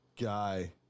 guy